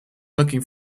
looking